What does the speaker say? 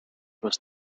was